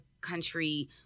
country